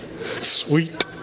Sweet